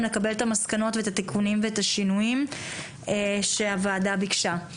לקבל את המסקנות ואת התיקונים ואת השינויים שהוועדה ביקשה.